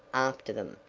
after them,